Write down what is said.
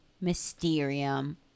Mysterium